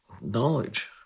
knowledge